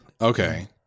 Okay